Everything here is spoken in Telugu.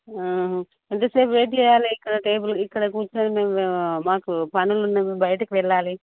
ఎంత సేపు వెయిట్ చెయ్యాలి ఇక్కడ టేబుల్ ఇక్కడ కూర్చుని మేము మాకు పనులుండవా మేము బయటకి వెళ్ళాలి